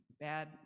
bad